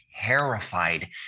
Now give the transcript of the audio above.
terrified